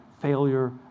failure